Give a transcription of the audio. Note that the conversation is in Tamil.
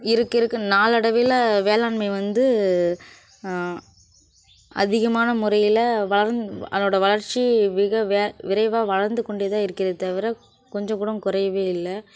இருக்க இருக்க நாளடைவில் வேளாண்மை வந்து அதிகமான முறையில் வளர்ந் அதோடய வளர்ச்சி மிக வே விரைவாக வளர்ந்து கொண்டே தான் இருக்கிற தவிர கொஞ்சம் கூட குறையவே இல்லை